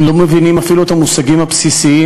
הם לא מבינים אפילו את המושגים הבסיסיים,